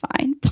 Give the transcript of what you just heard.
fine